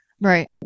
right